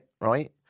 right